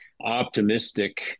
optimistic